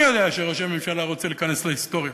אני יודע שראש הממשלה רוצה להיכנס להיסטוריה,